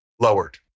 lowered